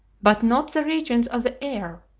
but not the regions of the air.